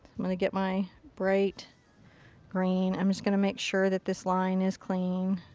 i'm going to get my bright green. i'm just going to make sure that this line is clean.